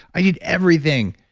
i did everything.